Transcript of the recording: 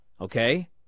okay